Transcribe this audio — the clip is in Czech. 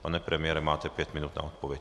Pane premiére, máte pět minut na odpověď.